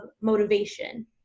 motivation